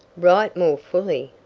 write more fully!